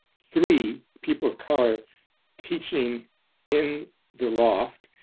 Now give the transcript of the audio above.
three people of color teaching in the loft.